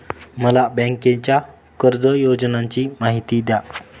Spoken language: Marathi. मला बँकेच्या कर्ज योजनांची माहिती द्या